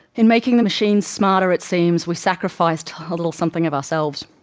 in making the machines smarter it seems, we sacrificed a little something of ourselves.